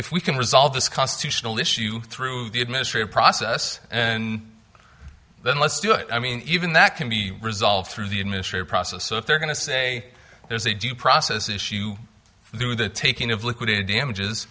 if we can resolve this constitutional issue through the administrative process then let's do it i mean even that can be resolved through the administrative process so if they're going to say there's a due process issue through the taking of liquidated damages